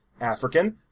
African